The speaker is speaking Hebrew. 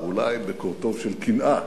אולי בקורטוב של קנאה,